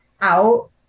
out